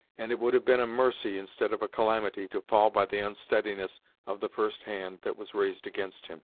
and it would have been a mercy, instead of a calamity, to fall by the unsteadiness of the first hand that was raised against him.